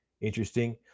interesting